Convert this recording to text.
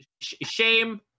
Shame